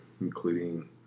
including